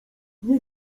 nie